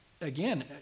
again